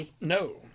No